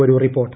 ഒരു റിപ്പോർട്ട്